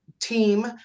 team